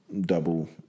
double